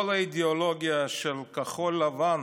כל האידיאולוגיה של כחול לבן,